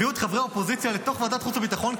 הביאו את חברי האופוזיציה לתוך ועדת החוץ והביטחון,